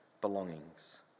belongings